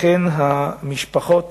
לכן המשפחות